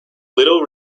little